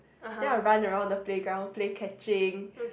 then I run around the playground play catching